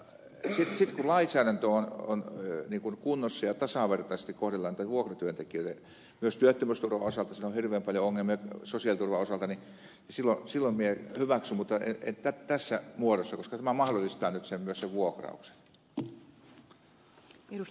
sitten kun lainsäädäntö on kunnossa ja tasavertaisesti kohdellaan niitä vuokratyöntekijöitä myös työttömyysturvan osalta siellä on hirveän paljon ongelmia sosiaaliturvan osalta niin silloin minä hyväksyn mutta en tässä muodossa koska tämä mahdollistaa nyt myös sen vuokrauksen